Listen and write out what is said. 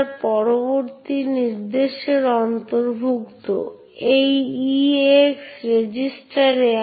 নির্দিষ্ট মেশিনে সংযোগ করার জন্য একটি নির্দিষ্ট ব্যক্তির সেই মেশিনে একটি বৈধ ব্যবহারকারীর অ্যাকাউন্ট থাকতে হবে না